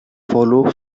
follow